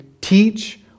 teach